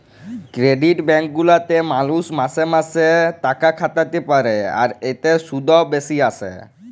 credit bank গুলাতে মালুষ মাসে মাসে তাকাখাটাতে পারে, আর এতে শুধ ও বেশি আসে